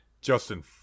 Justin